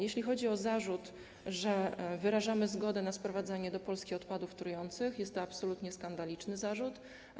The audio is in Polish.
Jeśli chodzi o zarzut, że wyrażamy zgodę na sprowadzanie do Polski odpadów trujących, to jest to absolutnie skandaliczny zarzut.